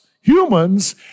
humans